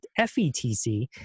FETC